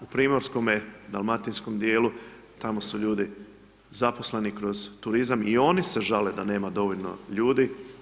U primorskome, dalmatinskom djelu, tamo su ljudi zaposleni kroz turizam, i oni se žale da nema dovoljno ljudi.